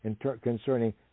concerning